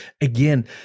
Again